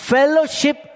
Fellowship